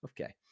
Okay